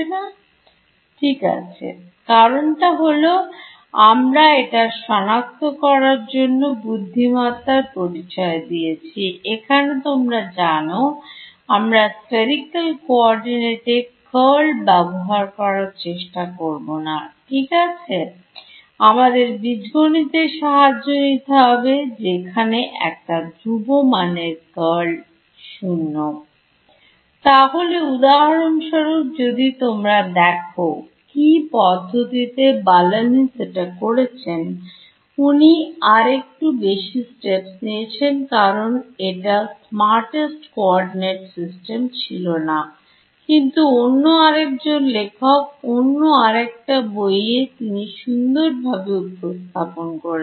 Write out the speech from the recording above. না ঠিক আছে কারণটা হলো আমরা এটার সনাক্ত করার জন্য বুদ্ধিমত্তার পরিচয় দিয়েছি এখানে তোমরা জানো আমরা Spherical Coordinate এ Curl ব্যবহার করার চেষ্টা করব না ঠিক আছে আমাদের বীজগণিতের সাহায্য নিতে হবে যেখানে একটা ধ্রুব মানের curl 0 তাহলে উদাহরণস্বরূপ যদি তোমরা দেখো কি পদ্ধতিতে Balanis এটা করেছেন উনি আরেকটু বেশি steps নিয়েছেন কারণ এটা Smartest Coordinate System ছিল না কিন্তু অন্য আরেকজন লেখকঅন্য আরেকটা বইয়ে তিনি সুন্দরভাবে উপস্থাপন করেছেন